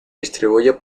distribuye